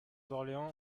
d’orléans